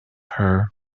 her